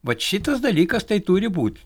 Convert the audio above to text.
vat šitas dalykas tai turi būt